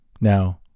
now